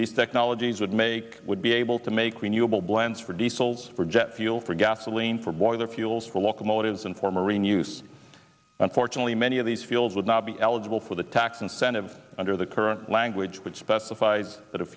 these technologies would make would be able to make renewable blends for diesel's for jet fuel for gasoline for boiler fuels for locomotives and for marine use unfortunately many of these fields would not be eligible for the tax incentives under the current language which specifies that